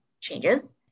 changes